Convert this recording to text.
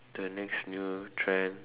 the next new trend